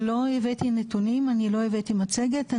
לא הבאתי נתונים, אני לא הבאתי מצגת.